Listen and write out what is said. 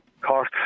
Cork